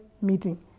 meeting